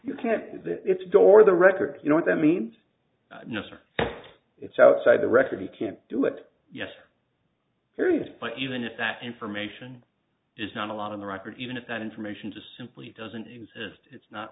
you can it's door the record you know what that means no sir it's outside the record you can't do it yes here is the point even if that information is not a lot on the record even if that information just simply doesn't exist it's not